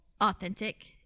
authentic